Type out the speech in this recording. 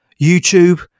YouTube